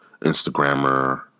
instagrammer